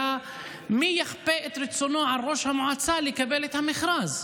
מי יכפה את רצונו על ראש המועצה לקבל את המכרז.